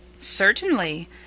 Certainly